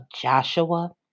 Joshua